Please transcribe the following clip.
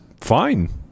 fine